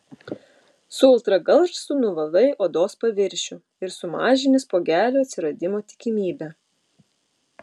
su ultragarsu nuvalai odos paviršių ir sumažini spuogelių atsiradimo tikimybę